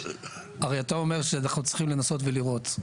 הרי אתה אומר שאנחנו צריכים לנסות ולראות.